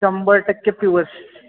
शंभर टक्के प्यूर्स